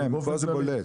כן פה זה בולט,